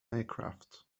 aircraft